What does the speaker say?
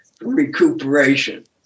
Recuperation